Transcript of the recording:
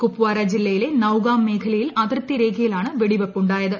കുപ്വാര ജില്ലയിലെ നൌഗാം മേഖലയിൽ അതിർത്തി രേഖയിലാണ് വെടിവയ്പ് ഉണ്ടായത്